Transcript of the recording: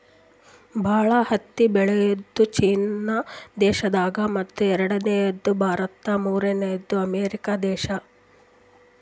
ಭಾಳ್ ಹತ್ತಿ ಬೆಳ್ಯಾದು ಚೀನಾ ದೇಶದಾಗ್ ಮತ್ತ್ ಎರಡನೇದು ಭಾರತ್ ಮೂರ್ನೆದು ಅಮೇರಿಕಾ ದೇಶಾ